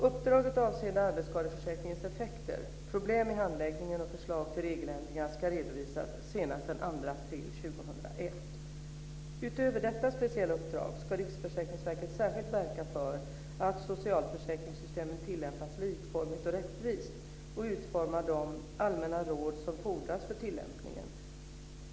Uppdraget avseende arbetsskadeförsäkringens effekter, problem i handläggningen och förslag till regelförändringar ska redovisas senast den 2 april 2001. Utöver detta speciella uppdrag ska Riksförsäkringsverket särskilt verka för att socialförsäkringssystemen tillämpas likformigt och rättvist och utfärda de allmänna råd som fordras för tillämpningen.